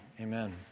Amen